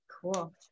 Cool